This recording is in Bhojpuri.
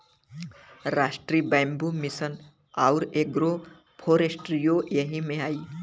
राष्ट्रीय बैम्बू मिसन आउर एग्रो फ़ोरेस्ट्रीओ यही में आई